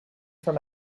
from